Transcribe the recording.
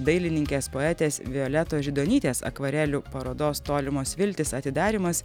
dailininkės poetės violetos židonytės akvarelių parodos tolimos viltys atidarymas